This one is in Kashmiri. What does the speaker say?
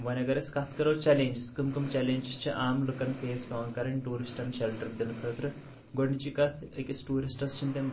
وۄنۍ اگر أسۍ کَتھ کَرو چٚیلینجِس کٕم کٕم چیٚلینجِس چھِ عام لُکَن فیس پیوان کَرٕنۍ ٹورِسٹَن شَلٹر دِنہٕ خٲطرٕ گۄڈنِچی کَتھ أکِس ٹورِسٹَس چھِنہٕ تِم